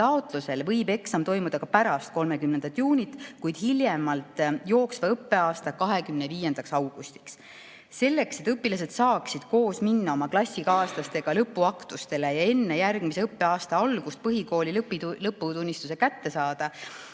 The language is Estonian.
taotlusel võib eksam toimuda ka pärast 30. juunit, hiljemalt jooksva õppeaasta 25. augustil. Selleks, et õpilased saaksid minna koos klassikaaslastega lõpuaktusele ja enne järgmise õppeaasta algust põhikooli lõputunnistuse kätte saada,